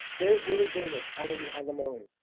there's little venus hiding behind the moon,